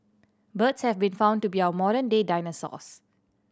birds have been found to be our modern day dinosaurs